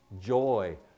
joy